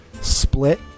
split